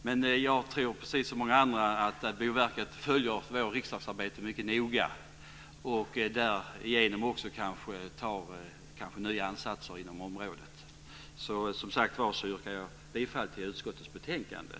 Men jag tror precis som många andra att Boverket följer vårt riksdagsarbete mycket noga och därigenom också kanske gör nya ansatser inom området. Som sagt var yrkar jag bifall till utskottets förslag i betänkandet.